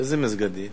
איזה מסגדים?